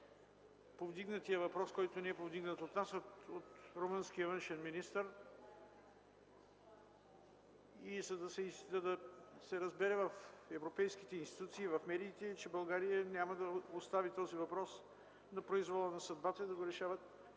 повдигнатия въпрос, който не е повдигнат от нас, а от румънския външен министър, за да се разбере в европейските институции и в медиите, че България няма да остави този въпрос на произвола на съдбата, да го решават